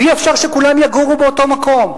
ואי-אפשר שכולם יגורו באותו מקום.